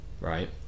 right